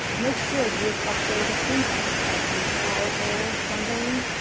make sure use upgraded syntax as require all, something,